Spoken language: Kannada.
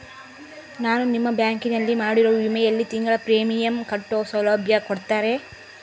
ನಾನು ನಿಮ್ಮ ಬ್ಯಾಂಕಿನಲ್ಲಿ ಮಾಡಿರೋ ವಿಮೆಯಲ್ಲಿ ತಿಂಗಳ ಪ್ರೇಮಿಯಂ ಕಟ್ಟೋ ಸೌಲಭ್ಯ ಕೊಡ್ತೇರಾ?